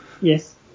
Yes